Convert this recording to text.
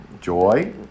Joy